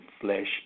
flesh